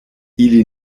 ili